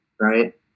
right